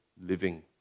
living